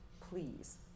Please